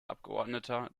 abgeordneter